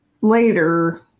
later